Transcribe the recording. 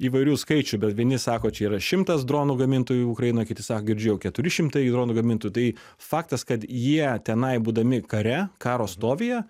įvairių skaičių bet vieni sako čia yra šimtas dronų gamintojų ukrainoj kiti sako girdžiu jau keturi šimtai dronų gamintojų tai faktas kad jie tenai būdami kare karo stovyje